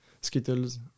Skittles